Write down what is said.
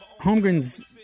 Holmgren's